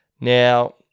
Now